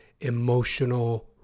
emotional